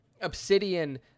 Obsidian